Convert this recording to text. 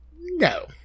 no